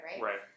right